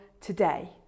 today